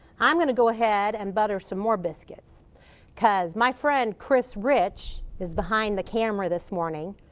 i'm going to go ahead and butter some more biscuits because my friend chris rich is behind the camera this morning.